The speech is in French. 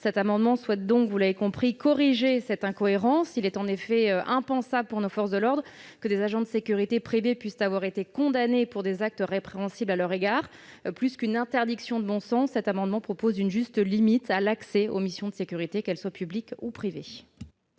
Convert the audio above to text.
Cet amendement vise donc à corriger cette incohérence. Il est en effet impensable pour nos forces de l'ordre que des agents de sécurité privée puissent avoir été condamnés pour des actes répréhensibles à leur égard. Plus qu'une interdiction de bon sens, cet amendement tend à imposer une juste limite à l'accès aux missions de sécurité, publique ou privée.